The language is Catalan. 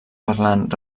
parlant